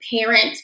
parent